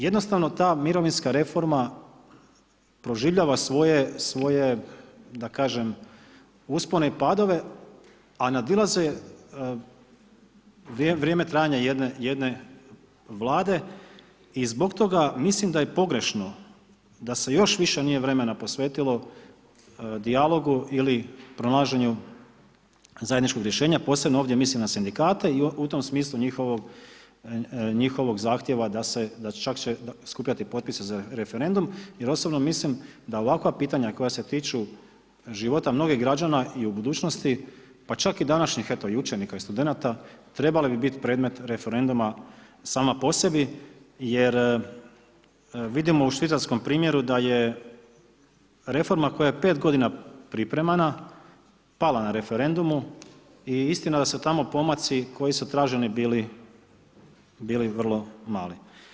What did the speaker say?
Jednostavno ta mirovinska reforma proživljava svoje da kažem uspone i padove a nadilaze vrijeme trajanja jedne Vlade i zbog toga mislim d je pogrešno da se još nije više nije vremena posvetilo dijalogu ili pronalaženju zajedničkog rješenja, posebno ovdje mislim na sindikate i u tom smislu njihovog zahtjev da će čak skupljati potpise za referendum jer osobno mislim da ovakva pitanja koja se tiču života mnogih građana i u budućnosti pa čak i današnjih eto i učenika i studenata, trebali bi biti predmet referenduma sama po sebi jer vidimo u švicarskom primjeru da je reforma koja je 5 g. pripremana pala na referendumu i istina d su tamo pomaci koji su traženi bili, bili vrlo mali.